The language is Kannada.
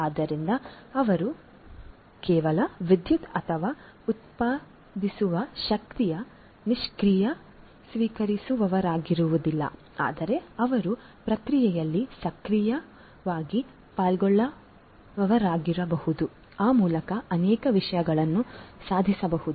ಆದ್ದರಿಂದ ಅವರು ಕೇವಲ ವಿದ್ಯುತ್ ಅಥವಾ ಉತ್ಪಾದಿಸುವ ಶಕ್ತಿಯ ನಿಷ್ಕ್ರಿಯ ಸ್ವೀಕರಿಸುವವರಾಗಿರುವುದಿಲ್ಲ ಆದರೆ ಅವರು ಪ್ರಕ್ರಿಯೆಯಲ್ಲಿ ಸಕ್ರಿಯ ಪಾಲ್ಗೊಳ್ಳುವವರಾಗಬಹುದು ಆ ಮೂಲಕ ಅನೇಕ ವಿಷಯಗಳನ್ನು ಸಾಧಿಸಬಹುದು